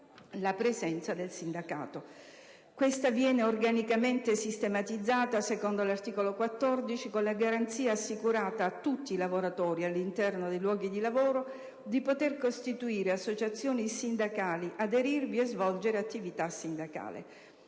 la presenza del sindacato. Questa viene organicamente sistematizzata, secondo l'articolo 14, con la garanzia, assicurata «a tutti i lavoratori all'interno dei luoghi di lavoro», di poter «costituire associazioni sindacali, aderirvi e svolgere attività sindacale».